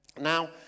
Now